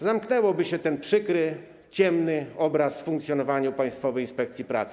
Zamknęłoby się ten przykry, ciemny obraz w funkcjonowaniu Państwowej Inspekcji Pracy.